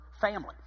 family